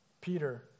Peter